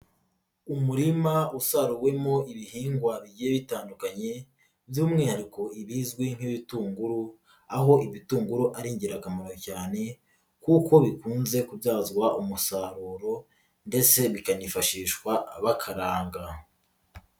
Umurima usaruwemo ibihingwa bigiye bitandukanye by'umwihariko ibizwi nk'ibitunguru, aho ibitunguru ari ingirakamaro cyane kuko bikunze kubyazwa umusaruro ndetse bikanifashishwa bakaranga.